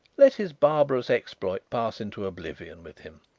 let his barbarous exploit pass into oblivion with him.